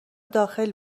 داخل